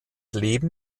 leben